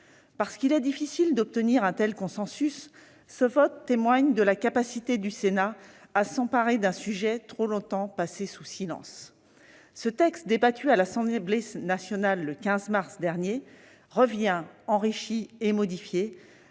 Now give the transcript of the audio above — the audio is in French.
Parce qu'il est difficile d'obtenir un tel consensus, ce vote témoigne de la capacité du Sénat à s'emparer d'un sujet trop longtemps passé sous silence. Ce texte, discuté à l'Assemblée nationale le 15 mars dernier, revient enrichi et modifié